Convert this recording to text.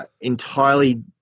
entirely